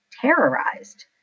terrorized